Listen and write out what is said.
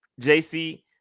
JC